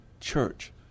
church